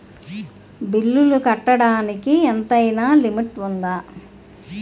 బిల్లులు కట్టడానికి ఎంతైనా లిమిట్ఉందా?